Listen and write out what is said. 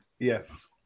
Yes